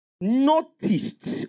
noticed